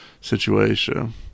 situation